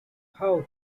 how